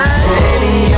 city